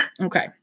Okay